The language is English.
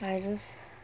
I just